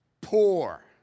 Poor